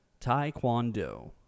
Taekwondo